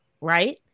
right